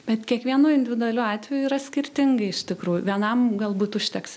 bet kiekvienu individualiu atveju yra skirtingai iš tikrųjų vienam galbūt užteks ir